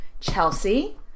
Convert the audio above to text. Chelsea